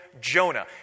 Jonah